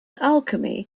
alchemy